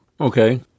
Okay